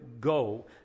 go